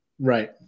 Right